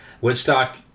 Woodstock